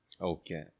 Okay